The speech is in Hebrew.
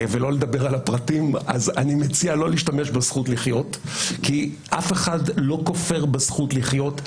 אני מציע לא להשתמש במושג הזכות לחיות כי אף אחד לא כופר בזכות לחיות,